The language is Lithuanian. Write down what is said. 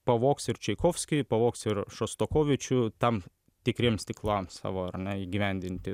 pavogs ir čaikovskį pavogs ir šostakovičių tam tikriems tiklams savo ar ne įgyvendinti